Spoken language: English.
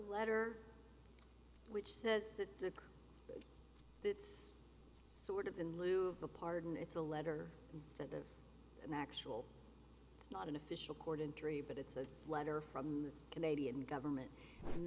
letter which says that it's sort of in lieu of the pardon it's a letter that an actual not an official cord injury but it's a letter from the canadian government and